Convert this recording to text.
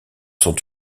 sont